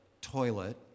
toilet